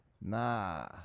Nah